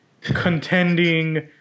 contending